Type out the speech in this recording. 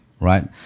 right